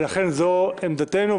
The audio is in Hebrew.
ולכן זו עמדתנו.